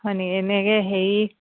হয়নি এনেকৈ হেৰি